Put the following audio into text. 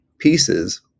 pieces